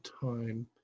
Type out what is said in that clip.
time